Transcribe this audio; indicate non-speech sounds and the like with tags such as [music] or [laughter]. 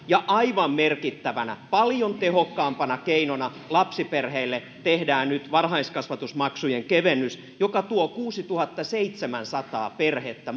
[unintelligible] ja aivan merkittävänä paljon tehokkaampana keinona lapsiperheille tehdään nyt varhaiskasvatusmaksujen kevennys joka tuo kuusituhattaseitsemänsataa perhettä [unintelligible]